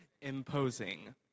Imposing